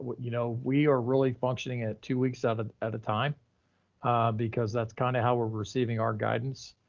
you know we are really functioning at two weeks um at a time because that's kinda how we're receiving our guidance.